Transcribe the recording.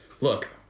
Look